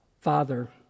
Father